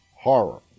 horror